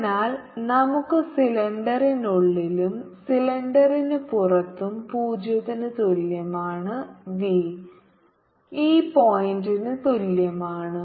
അതിനാൽ നമുക്ക് സിലിണ്ടറിനുള്ളിലും സിലിണ്ടറിന് പുറത്തും 0 ന് തുല്യമാണ് v ഈ പോയിന്റിന് തുല്യമാണ്